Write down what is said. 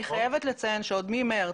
אני חייבת שמחודש מארס,